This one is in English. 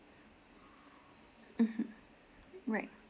mmhmm right